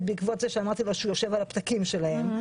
בעקבות זה שאמרתי לו שהוא יושב על הפתקים שלהם,